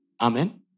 Amen